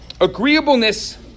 Agreeableness